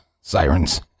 sirens